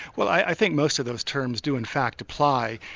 well i think most of those terms do in fact apply.